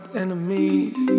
enemies